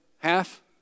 Half